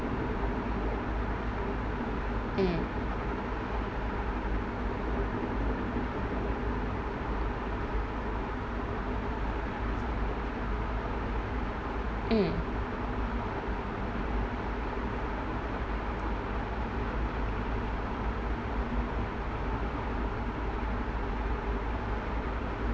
mm mm